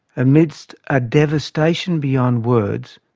amidst a devastation beyond words,